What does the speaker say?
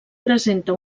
presenta